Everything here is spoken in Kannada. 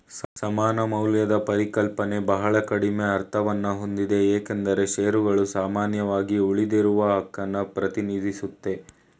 ಸಮಾನ ಮೌಲ್ಯದ ಪರಿಕಲ್ಪನೆ ಬಹಳ ಕಡಿಮೆ ಅರ್ಥವನ್ನಹೊಂದಿದೆ ಏಕೆಂದ್ರೆ ಶೇರುಗಳು ಸಾಮಾನ್ಯವಾಗಿ ಉಳಿದಿರುವಹಕನ್ನ ಪ್ರತಿನಿಧಿಸುತ್ತೆ